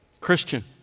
Christian